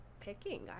picking